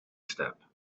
step